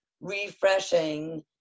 refreshing